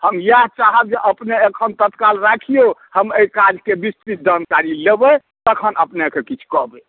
हम इएह चाहब जे अपने एखन तत्काल राखिऔ हम एहि काजके विस्तृत जानकारी लेबै तखन अपनेके किछु कहबै ओके